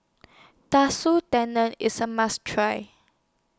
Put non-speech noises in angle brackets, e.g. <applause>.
<unintelligible> Tendon IS A must Try